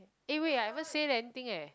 eh wait I haven't say anything eh